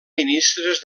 ministres